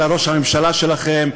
אלא ראש הממשלה שלכם,